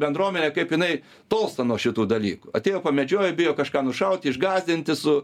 bendruomenė kaip jinai tolsta nuo šitų dalykų atėjo pamedžiojo bijo kažką nušauti išgąsdinti su